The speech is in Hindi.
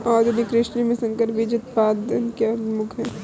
आधुनिक कृषि में संकर बीज उत्पादन प्रमुख है